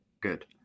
good